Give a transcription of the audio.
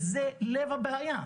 זה לב הבעיה.